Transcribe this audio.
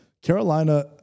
Carolina